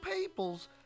peoples